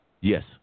Yes